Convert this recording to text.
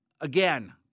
again